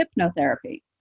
hypnotherapy